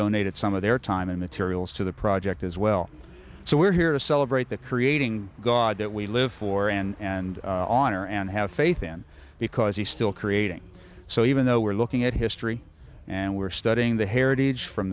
donated some of their time and materials to the project as well so we're here to celebrate the creating god that we live for and honor and have faith in because he still creating so even though we're looking at history and we're studying the heritage from